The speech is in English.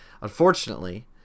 Unfortunately